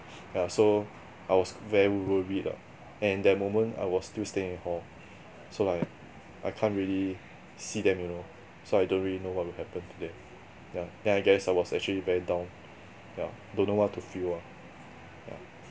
yeah so I was very worried lah and that moment I was still staying in hall so like I can't really see them you know so I don't really know what will happen to them ya then I guess I was actually very down yeah don't know what to feel ah yeah